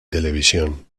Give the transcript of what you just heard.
televisión